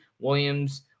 Williams